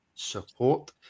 Support